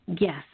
Yes